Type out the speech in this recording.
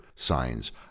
Signs